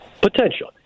Potential